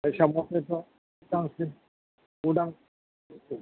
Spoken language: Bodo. हिसाब मथेथ'